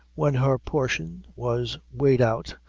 when her portion was weighed out,